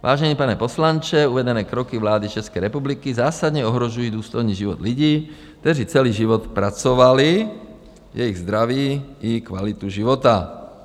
Vážený pane poslanče, uvedené kroky vlády České republiky zásadně ohrožují důstojný život lidí, kteří celý život pracovali, jejich zdraví i kvalitu života.